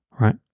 right